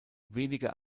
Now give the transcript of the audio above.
weniger